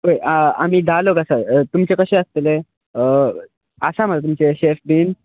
आमी धा लोक आसा तुमचे कशे आसतले आसा मरे तूमचे शॅफ बीन